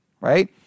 right